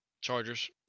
Chargers